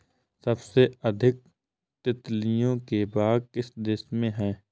सबसे अधिक तितलियों के बाग किस देश में हैं?